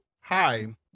hi